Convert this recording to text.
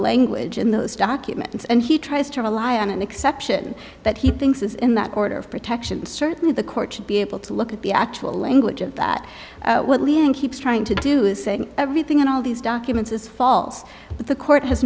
language in those documents and he tries to rely on an exception that he thinks is in that order of protection certainly the court should be able to look at the actual language of that what leon keeps trying to do is say everything in all these documents is false but the court has